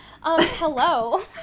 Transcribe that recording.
hello